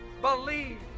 believe